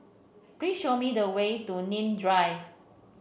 please show me the way to Nim Drive